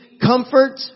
comfort